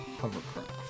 hovercraft